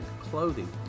clothing